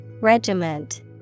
Regiment